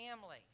family